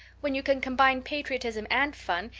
when you can combine patriotism and fun,